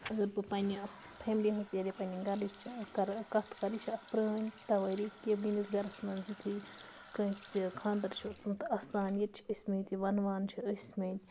اگر بہٕ پنٛنہِ فیملی ہِنٛز یعنی پنٛنہِ گَرٕچ کَرٕ کَتھ کَرٕ یہِ چھِ اَکھ پرٛٲنۍ تَوٲریٖخ کہِ میٛٲنِس گَرَس منٛز یُتھُے کٲنٛسہِ خاندَر چھُ اوسمُت آسان ییٚتہِ چھِ أسمٕتۍ یہِ وَنوان چھِ ٲسمٕتۍ